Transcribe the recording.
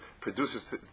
produces